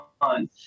on